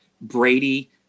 Brady